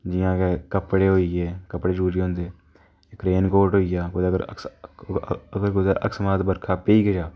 जि'यां कि कपडे़ होइये कपडे़ जरूरी होंदे इक रेनकोट होइया कूदै अस अगर कूदै अकस्मात बरखा कूदै पेई गै जा